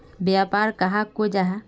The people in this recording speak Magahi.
व्यापार कहाक को जाहा?